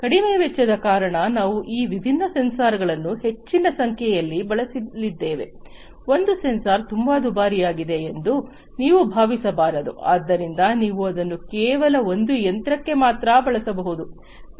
ಕಡಿಮೆ ವೆಚ್ಚದ ಕಾರಣ ನಾವು ಈ ವಿಭಿನ್ನ ಸೆನ್ಸಾರ್ಗಳನ್ನು ಹೆಚ್ಚಿನ ಸಂಖ್ಯೆಯಲ್ಲಿ ಬಳಸಲಿದ್ದೇವೆ ಒಂದು ಸೆನ್ಸರ್ ತುಂಬಾ ದುಬಾರಿಯಾಗಿದೆ ಎಂದು ನೀವು ಭಾವಿಸಬಾರದು ಆದ್ದರಿಂದ ನೀವು ಅದನ್ನು ಕೇವಲ ಒಂದು ಯಂತ್ರಕ್ಕೆ ಮಾತ್ರ ಬಳಸಬಹುದು